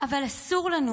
אבל אסור לנו